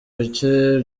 bicye